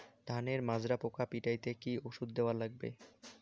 ধানের মাজরা পোকা পিটাইতে কি ওষুধ দেওয়া লাগবে?